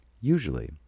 Usually